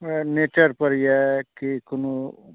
nature पर कि कोनो